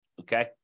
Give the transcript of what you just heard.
okay